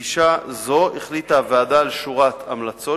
בפגישה זאת החליטה הוועדה על שורת המלצות,